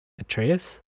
Atreus